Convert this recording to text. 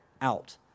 out